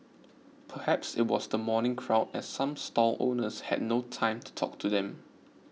perhaps it was the morning crowd as some stall owners had no time to talk to them